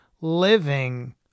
living